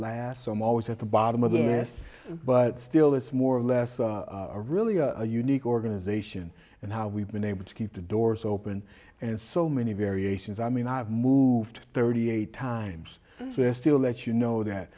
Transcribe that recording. last i'm always at the bottom of the list but still it's more or less a really a unique organization and how we've been able to keep the doors open and so many variations i mean i've moved thirty eight times just to let you know that